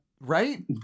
Right